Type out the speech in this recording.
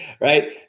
right